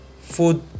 food